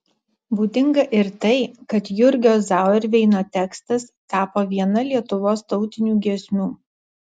būdinga ir tai kad jurgio zauerveino tekstas tapo viena lietuvos tautinių giesmių